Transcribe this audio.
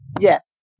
Yes